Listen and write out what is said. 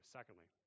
Secondly